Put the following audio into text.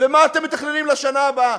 ומה אתם מתכננים לשנה הבאה.